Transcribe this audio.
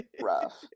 Rough